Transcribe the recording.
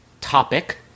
topic